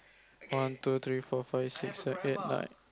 one two three four five six seven eight nine